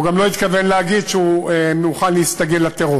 הוא גם לא התכוון להגיד שהוא מוכן להסתגל לטרור.